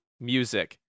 music